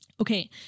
Okay